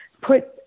put